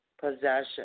Possession